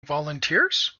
volunteers